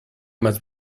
must